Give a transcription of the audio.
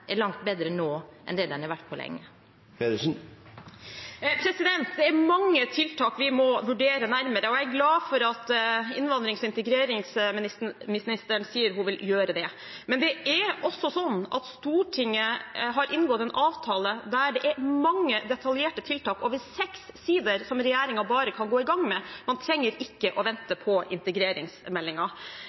langt bedre nå enn det den har vært på lenge. Det er mange tiltak vi må vurdere nærmere, og jeg er glad for at innvandrings- og integreringsministeren sier hun vil gjøre det. Men det er også sånn at Stortinget har inngått en avtale, der det er mange detaljerte tiltak – over seks sider – som regjeringen bare kan gå i gang med, man trenger ikke å vente på